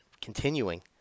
continuing